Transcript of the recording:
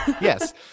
Yes